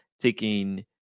taking